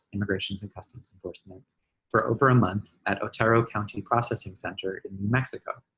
immigrations and customs enforcement for over a month at otero county processing center in mexico.